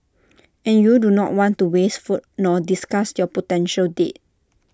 and you do not want to waste food nor disgust your potential date